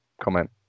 comment